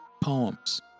poems